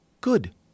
Good